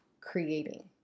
creating